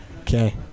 Okay